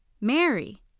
Mary